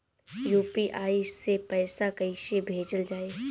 UPI से पैसा कइसे भेजल जाई?